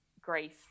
grief